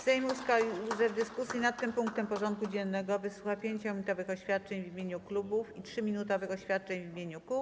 Sejm ustalił, że w dyskusji nad tym punktem porządku dziennego wysłucha 5-minutowych oświadczeń w imieniu klubów i 3-minutowych oświadczeń w imieniu kół.